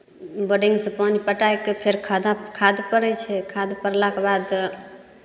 बोडिंग सऽ पानि पटाइ कऽ फेर खाद खाद परै छै खाद परलाक बाद